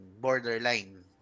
borderline